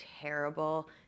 terrible